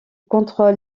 contrôle